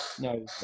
no